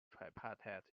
tripartite